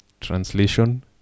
Translation